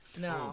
No